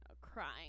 crying